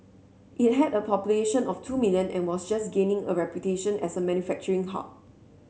it had a population of two million and was just gaining a reputation as a manufacturing hub